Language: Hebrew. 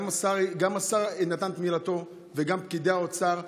גם השר נתן את מילתו, וגם פקידי האוצר,